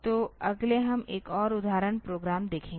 तो अगले हम एक और उदाहरण प्रोग्राम देखेंगे